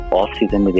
off-season